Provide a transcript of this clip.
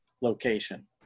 location